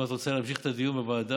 אם את רוצה להמשיך את הדיון בוועדה,